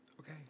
Okay